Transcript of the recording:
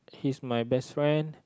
his my best friend